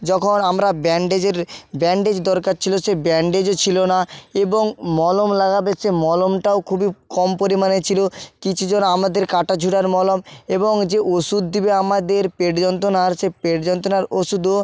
যখন আমরা ব্যাণ্ডেজের ব্যাণ্ডেজ দরকার ছিল সে ব্যাণ্ডেজও ছিল না এবং মলম লাগাবে সে মলমটাও খুবই কম পরিমাণে ছিল কিছুজন আমাদের কাটা ছড়ার মলম এবং যে ওষুধ দেবে আমাদের পেট যন্ত্রণার সে পেট যন্ত্রণার ওষুধও